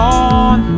on